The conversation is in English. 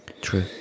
True